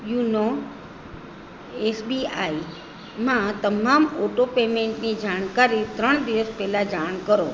યુનો એસબીઆઈમાં તમામ ઓટો પેમેન્ટની જાણકારી ત્રણ દિવસ પહેલાં જાણ કરો